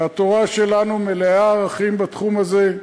והתורה שלנו מלאה ערכים בתחום הזה.